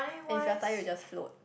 and if you're tired you just float